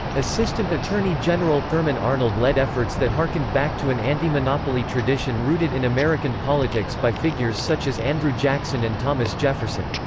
assistant attorney general thurman arnold led efforts that hearkened back to an anti-monopoly tradition rooted in american politics by figures such as andrew jackson and thomas jefferson.